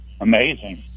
amazing